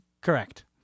Correct